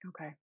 Okay